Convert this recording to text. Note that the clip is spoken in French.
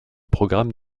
programme